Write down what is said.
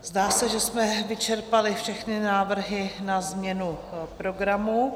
Zdá se, že jsme vyčerpali všechny návrhy na změnu programu.